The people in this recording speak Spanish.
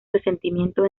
resentimiento